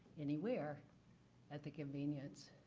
anywhere at the convenience,